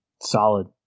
Solid